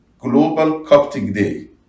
GlobalCopticDay